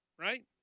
right